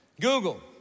Google